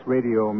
Radio